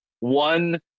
one